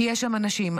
כי יש שם נשים.